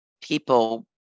people